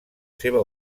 seva